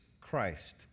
Christ